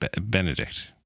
Benedict